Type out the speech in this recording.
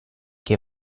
che